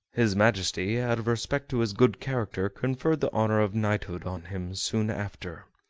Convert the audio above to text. his majesty, out of respect to his good character, conferred the honor of knighthood on him soon after.